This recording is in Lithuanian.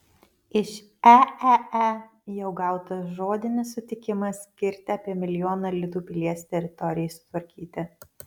iš eee jau gautas žodinis sutikimas skirti apie milijoną litų pilies teritorijai sutvarkyti